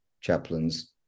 chaplains